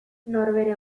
norbere